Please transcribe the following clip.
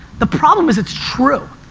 the problem is it's true.